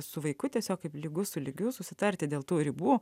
su vaiku tiesiog kaip lygus su lygiu susitarti dėl tų ribų